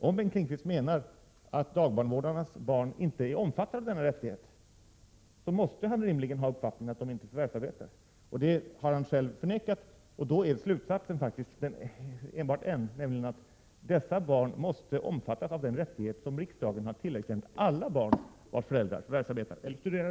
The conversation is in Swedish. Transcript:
Om Bengt Lindqvist menar att dagbarnvårdarnas barn inte omfattas av denna rättighet måste han rimligen ha uppfattningen att dagbarnvårdarna inte förvärvsarbetar, och det har han själv förnekat. Slutsatsen kan då enbart bli en, nämligen att dagbarnvårdarnas barn måste omfattas av den rättighet som riksdagen har tillerkänt alla barn vilkas föräldrar förvärvsarbetar eller studerar.